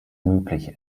möglich